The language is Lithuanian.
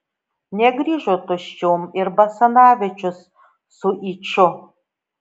negrįžo tuščiom ir basanavičius su yču